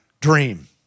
dream